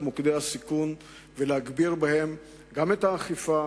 מוקדי הסיכון ולהגביר בהם גם את האכיפה